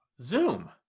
Zoom